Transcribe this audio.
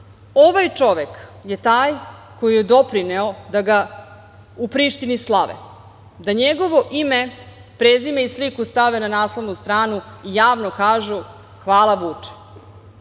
ovaj čovek je taj koji je doprineo da ga u Prištini slave, da njegovo ime, prezime i sliku stave na naslovnu stranu i javno kažu – hvala